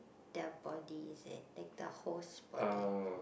their bodies eh like the host body